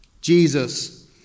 Jesus